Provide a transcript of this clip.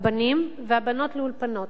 הבנים, והבנות, לאולפנות.